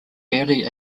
barely